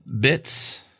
bits